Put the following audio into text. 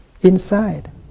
inside